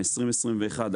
2021,